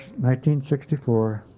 1964